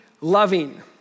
loving